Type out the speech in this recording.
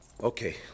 Okay